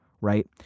right